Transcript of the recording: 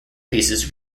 pieces